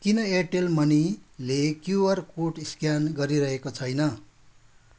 किन एयरटेल मनीले Q R code scan गरिरहेको छैन